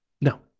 No